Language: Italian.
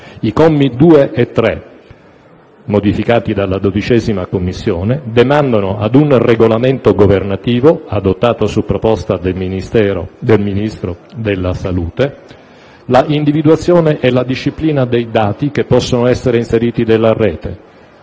I commi 2 e 3, modificati dalla 12a Commissione, demandano a un regolamento governativo, adottato su proposta del Ministro della salute, l'individuazione e la disciplina dei dati che possono essere inseriti nella Rete;